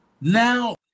Now